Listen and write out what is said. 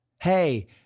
Hey